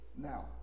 now